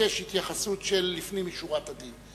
שמבקש התייחסות של לפנים משורת הדין.